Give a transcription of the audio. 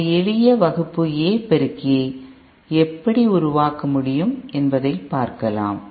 ஒரு எளிய வகுப்பு A பெருக்கியை எப்படி உருவாக்க முடியும் என்பதை பார்க்கலாம்